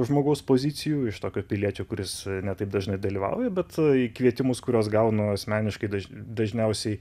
žmogaus pozicijų iš tokio piliečio kuris ne taip dažnai dalyvauja bet į kvietimus kuriuos gaunu asmeniškai dažniausiai